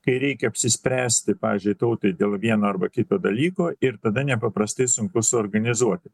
kai reikia apsispręsti pavyzdžiui tautai dėl vieno arba kito dalyko ir tada nepaprastai sunku suorganizuoti